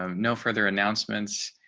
um no further announcements.